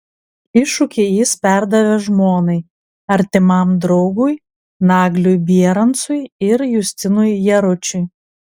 iššūkį jis perdavė žmonai artimam draugui nagliui bierancui ir justinui jaručiui